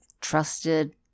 trusted